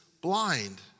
blind